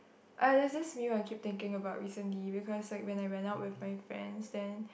uh there's this is meal that I keep thinking about recently because like when I went out with my friends then